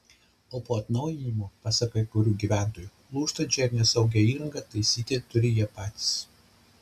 o po atnaujinimo pasak kai kurių gyventojų lūžtančią ir nesaugią įrangą taisyti turi jie patys